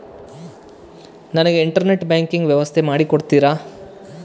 ನನಗೆ internet banking ವ್ಯವಸ್ಥೆ ಮಾಡಿ ಕೊಡ್ತೇರಾ?